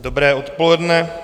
Dobré odpoledne.